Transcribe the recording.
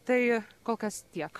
tai kol kas tiek